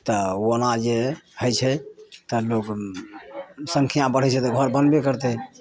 तऽ ओना जे हय छै तऽ लोग सङ्ख्या बढ़ै छै तऽ घर बनबे करतै